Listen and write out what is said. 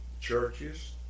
churches